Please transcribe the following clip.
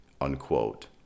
Unquote